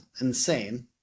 insane